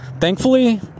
Thankfully